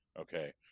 Okay